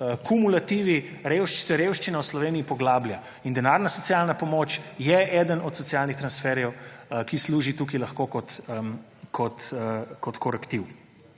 v kumulativi se revščina v Sloveniji poglablja. Denarna socialna pomoč je eden od socialnih transferjev, ki tukaj lahko služi kot korektiv.